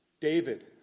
David